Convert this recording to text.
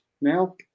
now